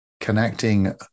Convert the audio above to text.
connecting